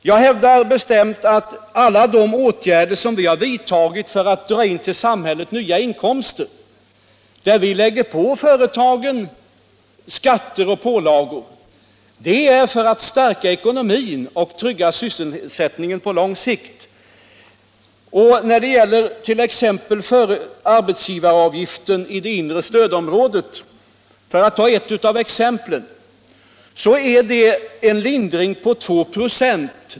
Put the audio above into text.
Jag hävdar bestämt att alla våra åtgärder för att till samhället dra in nya inkomster i form av skatter och pålagor på företagen har vidtagits för att stärka ekonomin och trygga sysselsättningen på lång sikt. Herr Wirtén talade om en sänkning av arbetsgivaravgiften i det inre stödområdet. Vad det gäller är en sänkning på 2 96.